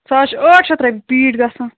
سُہ حظ چھِ ٲٹھ شَتھ رۄپیہِ پیٖٹ گژھان